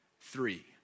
three